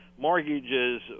mortgages